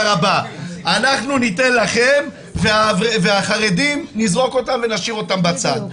הבא אנחנו נתן לכם והחרדים נזרוק אותם ונשאיר אותם בצד.